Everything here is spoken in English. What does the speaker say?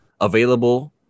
available